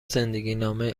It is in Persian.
زندگینامه